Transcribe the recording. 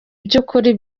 by’ukuri